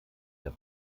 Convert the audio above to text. herr